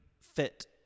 fit